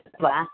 ಅಲ್ಲವಾ